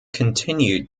continued